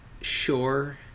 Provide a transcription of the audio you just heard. Sure